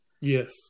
Yes